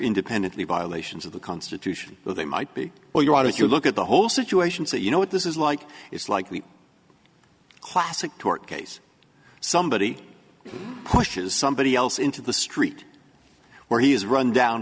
independently violations of the constitution but they might be where you are if you look at the whole situation say you know what this is like it's like the classic tort case somebody pushes somebody else into the street where he is run down